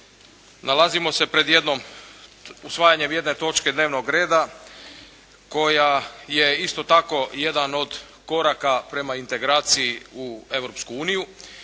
Nalazimo se pred jednom, usvajanjem jedne točke dnevnog reda koja je isto tako jedan od koraka prema integraciji u